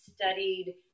studied